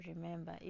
remember